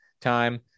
time